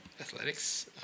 Athletics